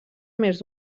més